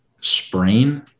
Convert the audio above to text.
sprain